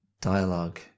dialogue